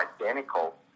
identical